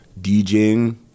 DJing